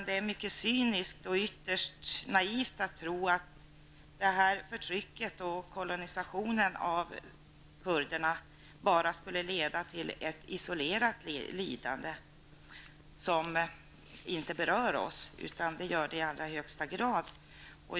Det är mycket cyniskt och ytterst naivt att tro att förtrycket och kolonisationen av kurderna endast skulle leda till ett isolerat lidande, som inte berör oss. Det gör det i allra högsta grad.